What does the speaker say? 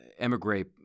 emigrate